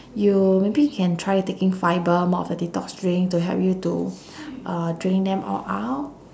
you maybe can try taking fibre more of a detox drink to help you to uh drain them all out